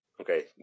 Okay